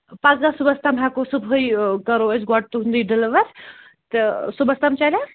پگاہ صُبحَس تام ہٮ۪کَو صُبحٲے اۭں کَرو أسۍ گۄڈٕ تُہُنٛدٕے ڈِلِوَر تہٕ صُبحَس تام چَلیٛا